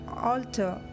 Altar